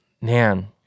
man